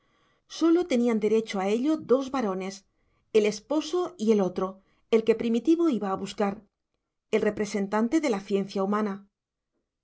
sólo tenían derecho a ello dos varones el esposo y el otro el que primitivo iba a buscar el representante de la ciencia humana